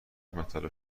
مطالب